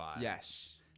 Yes